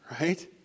right